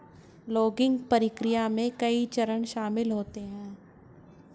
logging प्रक्रिया में कई चरण शामिल होते है